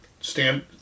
stand